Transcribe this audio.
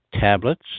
tablets